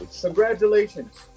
congratulations